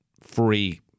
free